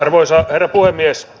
arvoisa herra puhemies